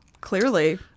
clearly